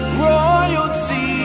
royalty